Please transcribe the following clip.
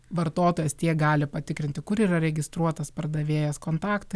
vartotojas tiek gali patikrinti kur yra registruotas pardavėjas kontaktai